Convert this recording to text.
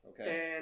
Okay